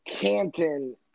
Canton